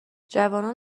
جوانان